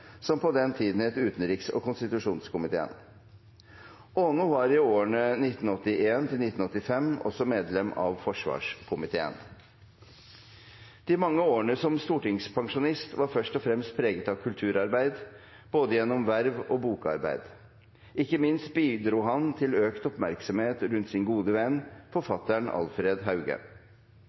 som på den tiden het utenriks- og konstitusjonskomiteen. Aano var i årene 1981–1983 medlem av forsvarskomiteen. De mange årene som stortingspensjonist var først og fremst preget av kulturarbeid, gjennom både verv og bokarbeid. Ikke minst bidro han til økt oppmerksomhet rundt sin gode venn, forfatteren Alfred Hauge.